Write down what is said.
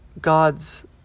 God's